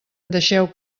deixeu